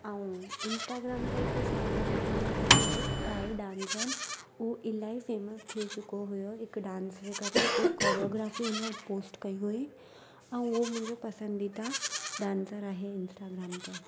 ऐं इंस्टाग्राम ते हिक शेहज़ान खान करे हिक आहे डांसर उहो इलाही फ़ेमस थी चुको हुओ हिक डांस जे करे हिक कोरिओग्राफ़ी हुन पोस्ट कई हुई ऐं उहो मुंहिंजो पसंदीदा डांसर आहे इंस्टाग्राम ते